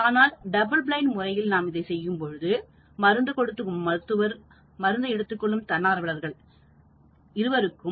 ஆனால் double blind முறையில் சோதனை செய்யும் பொழுது மருந்து கொடுக்கும் மருத்துவர் மருந்து எடுத்துக்கொள்ளும் தன்னார்வலர்களுக்கும் அது என்ன மருந்து பிளாசிபோ மருந்தா